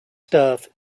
stuff